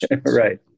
Right